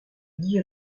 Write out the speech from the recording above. guy